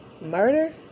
Murder